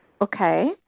Okay